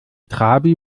trabi